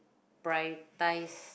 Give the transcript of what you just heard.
priotize